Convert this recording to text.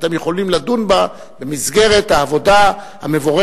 שאתם יכולים לדון בה במסגרת העבודה המבורכת